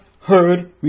heard